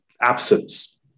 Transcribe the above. absence